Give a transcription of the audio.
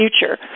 future